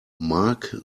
mark